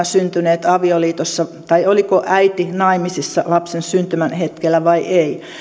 syntyneet avioliitossa tai oliko äiti naimisissa lapsen syntymän hetkellä vai ei